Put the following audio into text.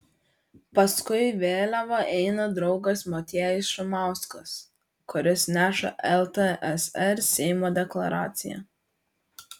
paskui vėliavą eina draugas motiejus šumauskas kuris neša ltsr seimo deklaraciją